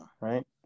Right